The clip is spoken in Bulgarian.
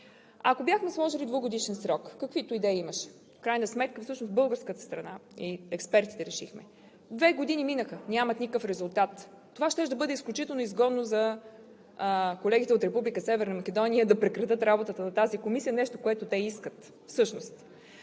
Ако бяхме сложили 2-годишен срок, каквито идеи имаше, в крайна сметка българската страна и експертите решиха – две години минаха, нямаха никакъв резултат, това щеше да бъде изключително изгодно от Република Северна Македония да прекратят работата на тази комисия – нещо, което те всъщност